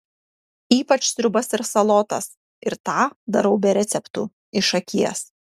ypač sriubas ir salotas ir tą darau be receptų iš akies